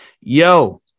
yo